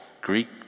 Greek